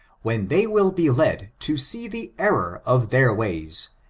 when they will be led to see the error of their ways,